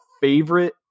favorite